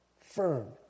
firm